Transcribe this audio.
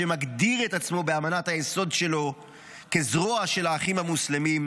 שמגדיר את עצמו באמנת היסוד שלו כזרוע של האחים המוסלמים,